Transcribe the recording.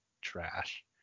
trash